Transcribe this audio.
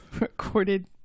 recorded